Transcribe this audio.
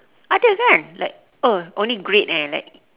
ada kan like oh only grade eh like